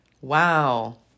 Wow